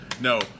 No